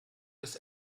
des